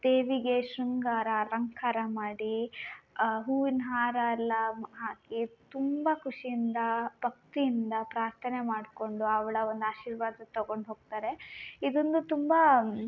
ದೇವಿಗೆ ಶೃಂಗಾರ ಅಲಂಕಾರ ಮಾಡಿ ಹೂವಿನ ಹಾರ ಎಲ್ಲ ಮ್ ಹಾಕಿ ತುಂಬ ಖುಷಿಯಿಂದ ಭಕ್ತಿಯಿಂದ ಪ್ರಾರ್ಥನೆ ಮಾಡ್ಕೊಂಡು ಅವಳ ಒಂದು ಆಶೀರ್ವಾದ ತಗೊಂಡ್ ಹೋಗ್ತಾರೆ ಇದನ್ನು ತುಂಬ